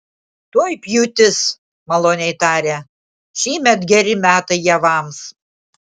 tuoj pjūtis maloniai tarė šįmet geri metai javams